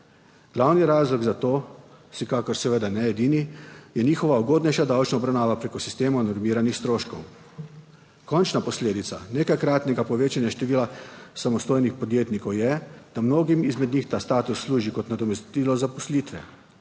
Glavni razlog za to, vsekakor seveda ne edini, je njihova ugodnejša davčna obravnava preko sistema normiranih stroškov. Končna posledica nekajkratnega povečanja števila samostojnih podjetnikov je, da mnogim izmed njih ta status služi kot nadomestilo zaposlitve.